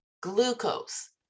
glucose